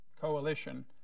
coalition